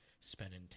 spending